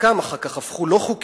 חלקם אחר כך הפכו לא-חוקיים,